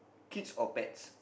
kids or pets